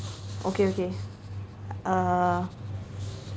okay okay err